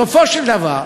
בסופו של דבר,